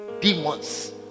Demons